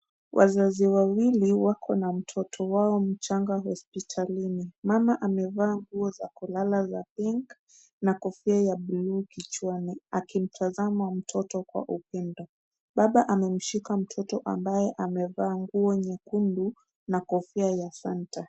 Wazazi wawili wako na mtoto wao mchanga hospitalini. Mama amevaa nguo za kulala za pink na kofia ya bluu kichwani, akimtazama mtoto kwa upendo. Baba amemshika mtoto ambaye amevaa nguo nyekundu na kofia ya Santa.